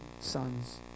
sons